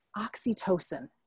oxytocin